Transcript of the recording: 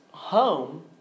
home